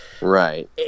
Right